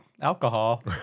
alcohol